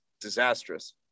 disastrous